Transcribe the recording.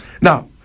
Now